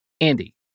Andy